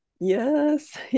Yes